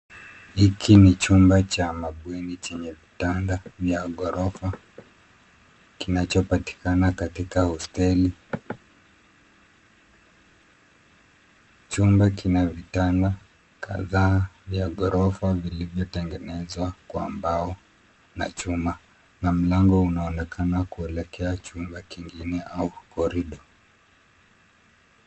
Hiki ni chumba cha mabweni chenye vitanda vya ghofa kinachopatikana katika hosteli, chumba kina vitanda kadhaa vya ghorofa vilivyotengenezwa kwa mbao na chuma na mlango unaonekana kuelekea chumba kingine au korido.